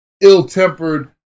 ill-tempered